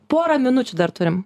porą minučių dar turim